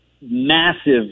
massive